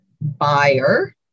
buyer